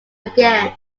again